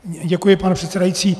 Děkuji, pane předsedající.